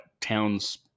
towns